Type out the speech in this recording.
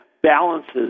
Balances